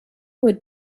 would